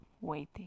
Waiting